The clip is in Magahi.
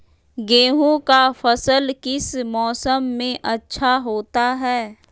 गेंहू का फसल किस मौसम में अच्छा होता है?